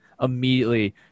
immediately